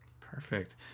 Perfect